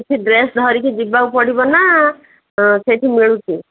କିଛି ଡ୍ରେସ୍ ଧରିକି ଯିବାକୁ ପଡ଼ିବ ନା ସେଠି ମିଳୁଛି